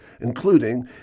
including